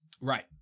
Right